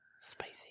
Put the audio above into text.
spicy